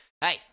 hey